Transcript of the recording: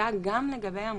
הייתה גם לגבי המוטציה?